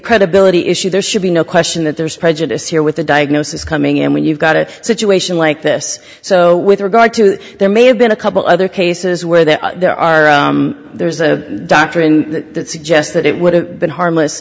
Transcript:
credibility issue there should be no question that there's prejudice here with the diagnosis coming in when you've got a situation like this so with regard to there may have been a couple other cases where there are there's a doctor in suggest that it would have been harmless